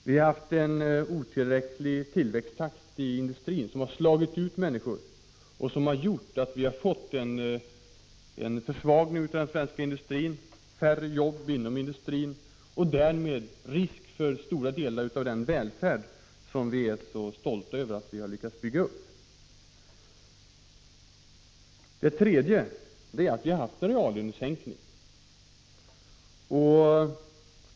Tillväxttakten inom industrin har varit otillräcklig, och det har slagit ut människor och skapat en försvagning av den svenska industrin. Det har blivit färre jobb inom industrin, och därmed finns det risk för att vi förlorar stora delar av den välfärd som vi är så stolta över att ha lyckats bygga upp. Det tredje problemet är att vi har haft en reallönesänkning.